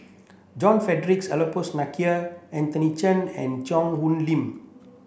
John Frederick Adolphus McNair Anthony Chen and Cheang Hong Lim